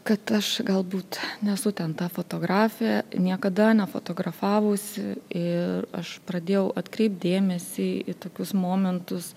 kad aš galbūt nesu ten ta fotografė niekada nefotografavusi ir aš pradėjau atkreipt dėmesį į tokius momentus